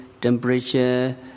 temperature